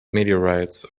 meteorites